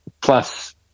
Plus